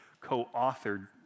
co-authored